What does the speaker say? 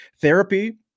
therapy